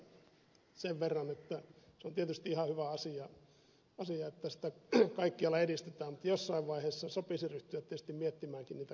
energiansäästöstä sen verran että se on tietysti ihan hyvä asia että sitä kaikkialla edistetään mutta jossain vaiheessa sopisi ryhtyä tietysti miettimäänkin niitä kustannushyöty suhteita